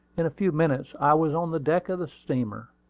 in a few minutes i was on the deck of the steamer.